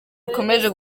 rukomeje